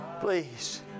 please